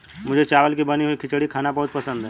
मुझे चावल की बनी हुई खिचड़ी खाना बहुत पसंद है